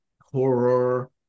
horror